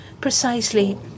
precisely